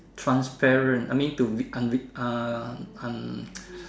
transparent I mean to unvi~ uh un~